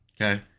Okay